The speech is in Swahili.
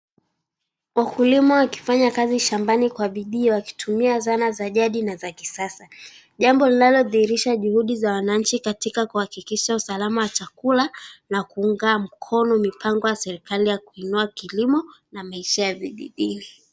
Wakulima wakifanya kazi shambani kwa bidii wakitumia zana za jadi na kisasa. Jambo linalodhihirisha juhudi za wananchi katika kuhakikisha usalama wa chakula na kuunga mkono mpango wa serikali ya kuinua kilimo na maisha ya vijijini.